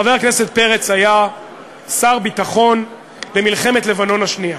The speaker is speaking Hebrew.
חבר הכנסת פרץ היה שר הביטחון בממשלת לבנון השנייה.